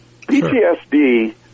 PTSD